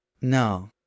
No